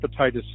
hepatitis